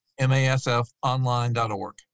Masfonline.org